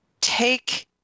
take